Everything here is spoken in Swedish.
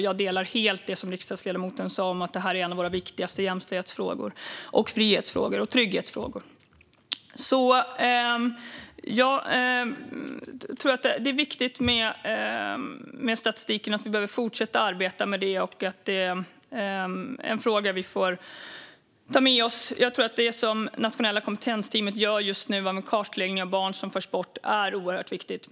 Jag instämmer alltså helt i det riksdagsledamoten sa om att detta är en av våra viktigaste jämställdhetsfrågor. Det är även en av våra viktigaste frihetsfrågor och en av våra viktigaste trygghetsfrågor. Det är viktigt med statistik, och vi behöver fortsätta arbeta med det. Det är en fråga vi får ta med oss. Det som Nationella kompetensteamet gör just nu, en kartläggning av barn som förs bort, tror jag är oerhört viktigt.